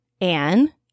Anne